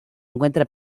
encuentra